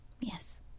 Yes